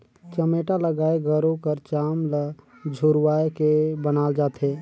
चमेटा ल गाय गरू कर चाम ल झुरवाए के बनाल जाथे